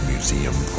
Museum